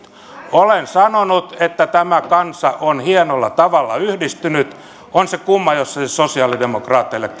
olen sanonut että tämä kansa on hienolla tavalla yhdistynyt on se kumma jos se ei sosialidemokraateille